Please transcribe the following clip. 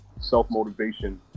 self-motivation